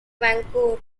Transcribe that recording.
vancouver